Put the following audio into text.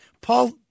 Paul